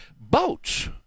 Boats